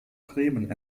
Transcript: bremen